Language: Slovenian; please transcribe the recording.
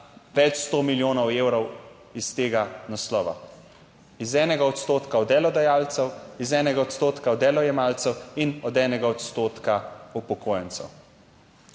več sto milijonov evrov iz tega naslova, iz enega odstotka od delodajalcev, iz enega odstotka od delojemalcev in od enega odstotka upokojencev.